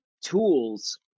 tools